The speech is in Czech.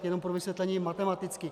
Jenom pro vysvětlení matematicky.